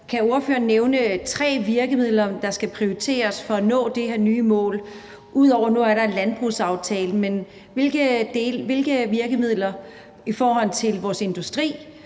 Kan ordføreren nævne tre virkemidler, der skal prioriteres for at nå det her nye mål? Nu er der en landbrugsaftale, men ud over det, hvilke virkemidler i forhold til vores industri